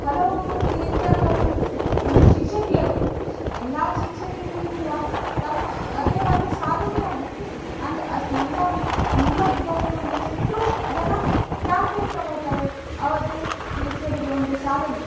ಹಲವು ಟೀಚರ್ಗಳ ಶಿಕ್ಷಕಿಯರು ಸ್ ಎಲ್ಲ ಶಿಕ್ಷಕಿಯರಿಗು ತಮ್ಮ ಅದೇ ಒಂದು ಸಾಧನೆಯಾಗಿತ್ತು ಅಂದ್ರೆ ಅಷ್ಟು ನನ್ನ ನಿಮ್ಮ ವಿದ್ಯಾರ್ಥಿಗಳು ಎಷ್ಟು ಜನ ಚಾಂಪಿಯನ್ ತೊಗೊಳ್ತಾರೆ ಆದೇ ಟೀಚರಿಗೆ ಒಂದು ಸಾಧನೆ